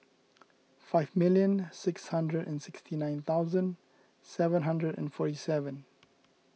five million six hundred and sixty nine thousand seven thousand and forty seven